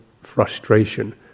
frustration